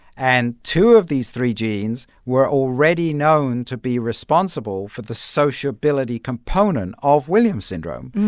and two of these three genes were already known to be responsible for the sociability component of williams syndrome.